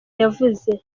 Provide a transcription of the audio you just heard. yavuze